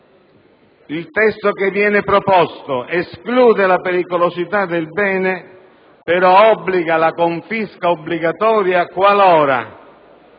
Il testo proposto esclude la pericolosità del bene, però obbliga la confisca obbligatoria qualora